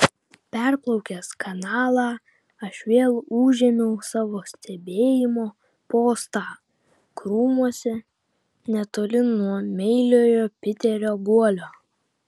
perplaukęs kanalą aš vėl užėmiau savo stebėjimo postą krūmuose netoli nuo meiliojo piterio guolio